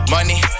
Money